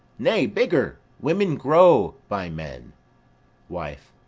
nay, bigger! women grow by men wife.